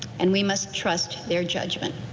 and we must trust their judgment.